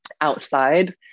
outside